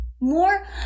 more